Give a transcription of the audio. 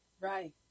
Right